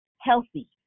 healthy